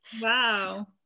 wow